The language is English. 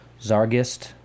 Zargist